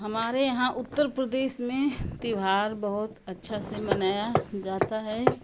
हमारे यहाँ उत्तर प्रदेश में त्यौहार बहुत अच्छा से मनाया जाता है